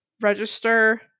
register